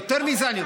יותר מזה,